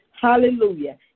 Hallelujah